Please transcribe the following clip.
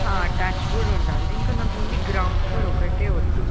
attach కూడా ఉండాలి ఇంకా నాకు ఓన్లీ గ్రౌండ్ ఫ్లోర్ ఒకటి వద్దు